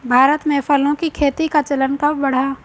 भारत में फलों की खेती का चलन कब बढ़ा?